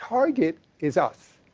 target is us.